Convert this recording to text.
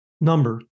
number